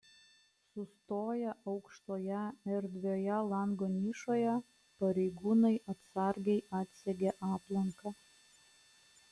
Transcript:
sustoję aukštoje erdvioje lango nišoje pareigūnai atsargiai atsegė aplanką